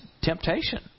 temptation